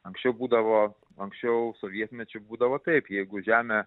anksčiau būdavo anksčiau sovietmečiu būdavo taip jeigu žemę